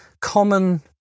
common